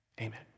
Amen